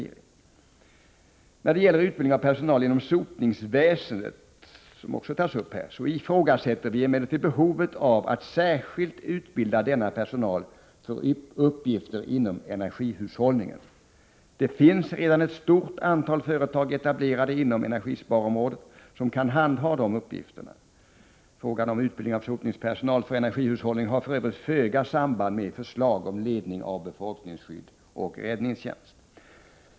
När det gäller utbildning av personal inom sotningsväsendet, som också tas upp här, ifrågasätter vi emellertid behovet av att särskilt utbilda denna personal för uppgifter inom energihushållningen. Det finns redan ett stort antal företag etablerade inom energisparområdet, som kan handha dessa uppgifter. Frågan om utbildning av sotningspersonal för energihushållning har för övrigt föga samband med förslag om ledning av befolkningsskydd och räddningstjänst.